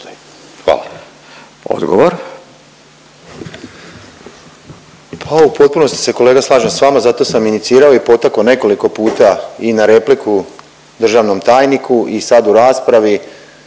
Boris (SDP)** Pa u potpunosti se kolega slažem s vama, zato sam inicirao i potakao nekoliko puta i na repliku državnom tajniku i sad u raspravi